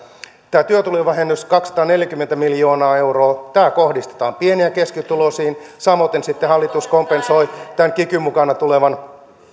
tämä työtulovähennys kaksisataaneljäkymmentä miljoonaa euroa kohdistetaan pieni ja keskituloisiin samoiten hallitus kompensoi tämän kikyn mukana tulevan